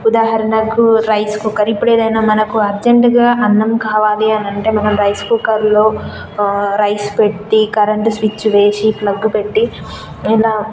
ఉదాహరణకు rice cooker ఇప్పుడు ఏదైనా మనకు అర్జెంటుగా అన్నం కావాలి అని అంటే మనం రైస్ కుక్కర్లో రైస్ పెట్టి కరెంటు స్విచ్ వేసి ప్లగ్ పెట్టి ఇలా